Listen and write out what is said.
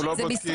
אנחנו לא בודקים.